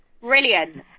Brilliant